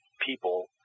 people